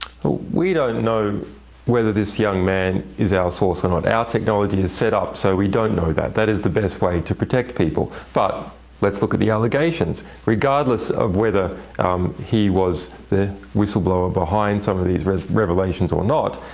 we don't know whether this young man is our source or not. our technology is set up so we don't know that. that is the best way to protect people. but let's look at the allegations. regardless of whether he was the whistleblower behind some of these res revelations or not,